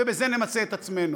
ובזה נמצה את עצמנו.